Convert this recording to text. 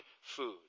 food